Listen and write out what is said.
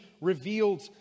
Revealed